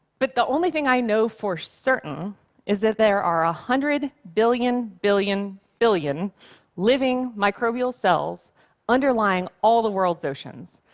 but the only thing i know for certain is that there are a hundred billion billion billlion living microbial cells underlying all the world's oceans.